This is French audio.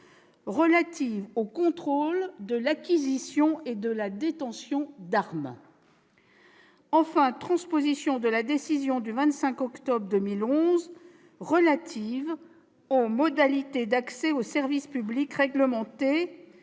relative au contrôle de l'acquisition et de la détention d'armes. Il s'agit enfin de transposer la décision du 25 octobre 2011 relative aux modalités d'accès au service public réglementé